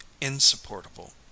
insupportable